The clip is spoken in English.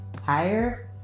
higher